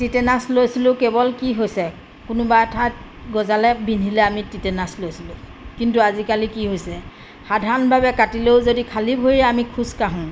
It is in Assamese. টিটেনাছ লৈছিলোঁ কেৱল কি হৈছে কোনোবা এঠাইত গঁজালে বিন্ধিলে আমি টিটেনাচ লৈছিলোঁ কিন্তু আজিকালি কি হৈছে সাধাৰণভাৱে কাটিলেও যদি খালী ভৰিৰে আমি খোজকাঢ়োঁ